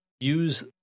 Use